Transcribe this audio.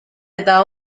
eta